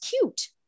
cute